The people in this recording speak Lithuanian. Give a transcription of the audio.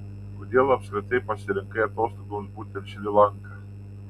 kodėl apskritai pasirinkai atostogoms būtent šri lanką